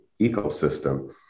ecosystem